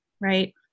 right